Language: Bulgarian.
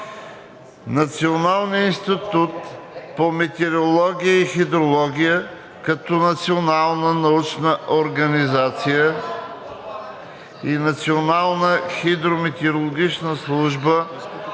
Националният институт по метеорология и хидрология като национална научна организация и национална хидрометеорологична служба